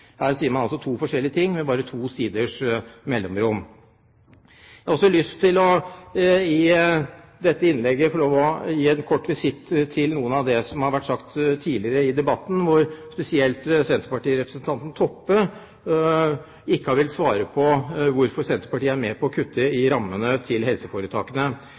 Her sier man altså to forskjellige ting med bare én sides mellomrom. I dette innlegget har jeg også lyst til å komme med en kort visitt til noe av det som har vært sagt tidligere i debatten, spesielt til senterpartirepresentanten Toppe som ikke har villet svare på hvorfor Senterpartiet er med på å kutte i rammene til helseforetakene.